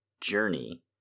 journey